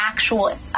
Actual